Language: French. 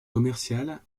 commerciales